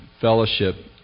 fellowship